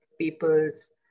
people's